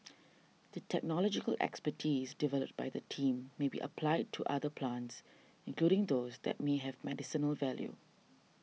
the technological expertise developed by the team may be applied to other plants including those that may have medicinal value